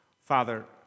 Father